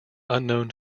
unknown